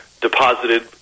deposited